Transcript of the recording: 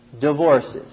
divorces